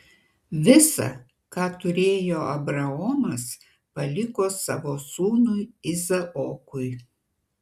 visa ką turėjo abraomas paliko savo sūnui izaokui